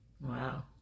Wow